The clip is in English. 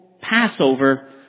Passover